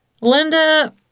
Linda